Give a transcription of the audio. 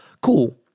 Cool